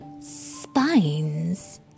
spines